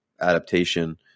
adaptation